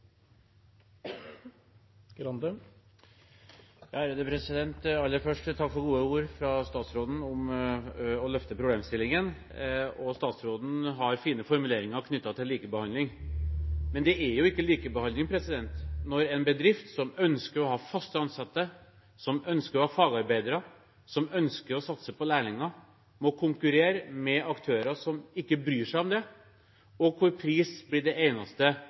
gode ord fra statsråden om å løfte problemstillingen. Statsråden har fine formuleringer knyttet til likebehandling, men det er ikke likebehandling når en bedrift som ønsker å ha fast ansatte, som ønsker å ha fagarbeidere, som ønsker å satse på lærlinger, må konkurrere med aktører som ikke bryr seg om det, og der pris blir det eneste